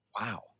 Wow